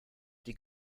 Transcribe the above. die